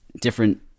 different